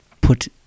put